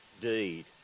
deed